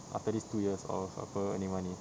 after these two years of apa earning money